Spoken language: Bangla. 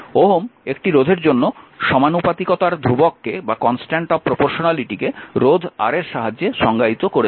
ওহম একটি রোধের জন্য সমানুপাতিকতার ধ্রুবককে রোধ R এর সাহায্যে সংজ্ঞায়িত করেছেন